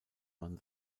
man